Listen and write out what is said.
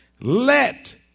let